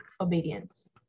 obedience